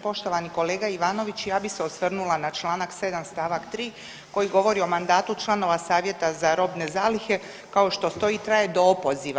Poštovani kolega Ivanović ja bi se osvrnula na Članak 7. stavak 3. koji govori o mandatu članova savjeta za robne zalihe kao što stoji traje do opoziva.